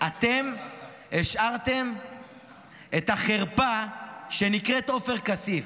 אתם השארתם את החרפה שנקראת עופר כסיף.